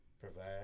Provide